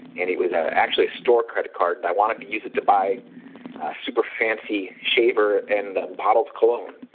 and it was actually a store credit card, and i wanted to use it to buy super-fancy shaver and a bottle of cologne,